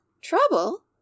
Trouble